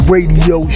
Radio